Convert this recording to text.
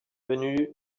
venu